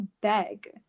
beg